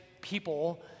people